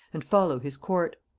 and follow his court